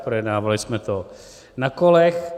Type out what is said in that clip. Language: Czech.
Projednávali jsme to na kolech.